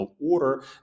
Order